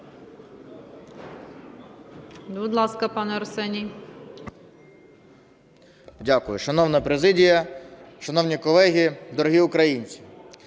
Дякую. Шановна президія, шановні колеги, дорогі українці!